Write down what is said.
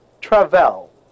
Travel